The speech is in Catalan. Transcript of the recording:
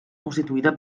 constituïda